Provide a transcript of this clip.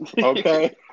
Okay